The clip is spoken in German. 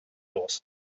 aus